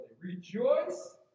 Rejoice